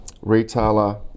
retailer